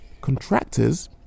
contractors